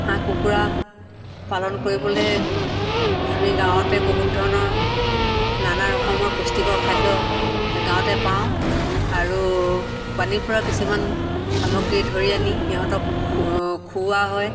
হাঁহ কুকুৰা পালন কৰিবলৈ আমি গাঁৱতে বহুত ধৰণৰ নানা ৰকমৰ পুষ্টিকৰ খাদ্য গাঁৱতে পাওঁ আৰু পানীৰ পৰা কিছুমান সামগ্ৰী ধৰি আনি সিহঁতক খুওৱা হয়